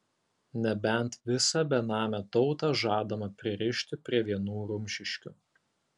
nebent visą benamę tautą žadama pririšti prie vienų rumšiškių